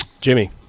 Jimmy